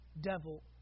devil